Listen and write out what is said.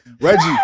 Reggie